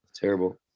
terrible